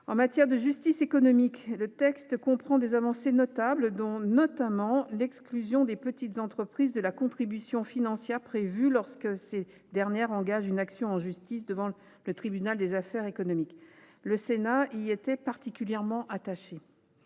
En matière de justice économique, le texte comporte des avancées notables, dont l’exclusion des petites entreprises de la contribution financière prévue, lorsque ces dernières engagent une action en justice devant le tribunal des activités économiques. Le Sénat y était particulièrement attaché.